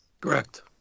Correct